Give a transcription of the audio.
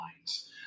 lines